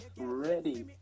ready